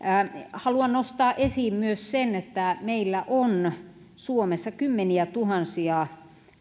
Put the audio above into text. haluan nostaa esiin myös sen että meillä on suomessa kymmeniätuhansia